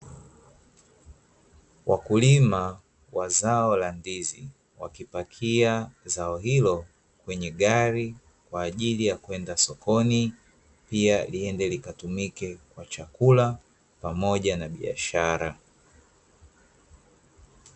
Wakulima wa zao la ndizi, wakipakia zao hilo kwenye gari kwa ajili ya kwenda sokoni, pia liende likatumike kwa chakula pamoja na biashara.